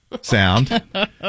sound